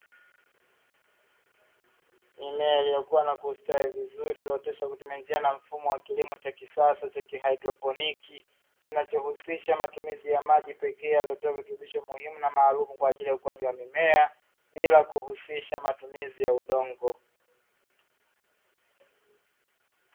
Mimea iliyokua na kustawi vizuri, iliyooteshwa kwa kutumia njia na mfumo wa kisasa cha kihadroponi, kinachohusisha matumizi ya maji pekee yaliyotiwa virutubisho pekee na muhimu kwa ajili ya ukuaji wa mimea, bila kuhusisha matumizi ya udongo.